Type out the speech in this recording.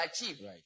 achieve